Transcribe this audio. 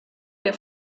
que